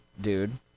dude